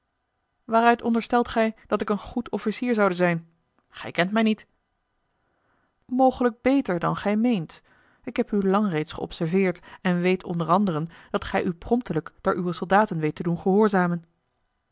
waaruit onderstelt gij dat ik een goed officier zoude zijn gij kent mij niet mogelijk beter dan gij meent ik heb u lang reeds geobserveerd en weet onder anderen dat gij u promptelijk door uwe soldaten weet te doen gehoorzamen